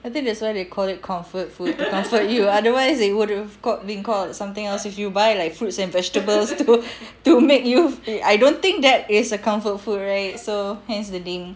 I think that's why they call it comfort food to comfort you otherwise it would have called being called something else if you buy like fruits and vegetables to to make you I don't think that is a comfort food right so hence the name